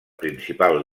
principal